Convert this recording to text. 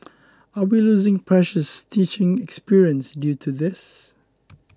are we losing precious teaching experience due to this